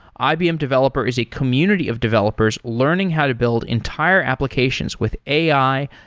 ibm developer is a community of developers learning how to build entire applications with ai,